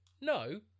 No